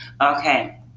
Okay